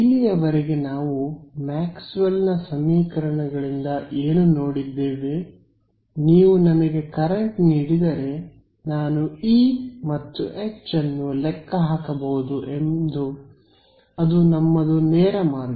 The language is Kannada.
ಇಲ್ಲಿಯವರೆಗೆ ನಾವು ಮ್ಯಾಕ್ಸ್ವೆಲ್ನ ಸಮೀಕರಣಗಳಿಂದ ಏನು ನೋಡಿದ್ದೇವೆ ನೀವು ನನಗೆ ಕರೆಂಟ್ ನೀಡಿದರೆ ನಾನು ಇ ಮತ್ತು ಎಚ್ ಅನ್ನು ಲೆಕ್ಕ ಹಾಕಬಹುದು ಅದು ನಮ್ಮದು ನೇರ ಮಾರ್ಗ